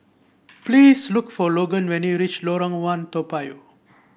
please look for Logan when you reach Lorong One Toa Payoh